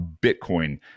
Bitcoin